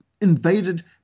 invaded